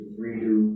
redo